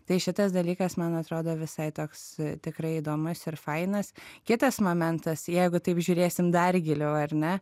tai šitas dalykas man atrodo visai toks tikrai įdomus ir fainas kitas momentas jeigu taip žiūrėsim dar giliau ar ne